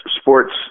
sports